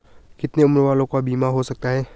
कितने उम्र वालों का बीमा हो सकता है?